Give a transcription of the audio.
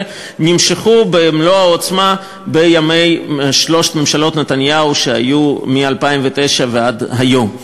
ונמשכו במלוא העוצמה בימי שלוש ממשלות נתניהו שהיו מ-2009 ועד היום,